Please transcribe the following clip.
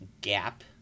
gap